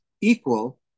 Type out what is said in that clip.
equal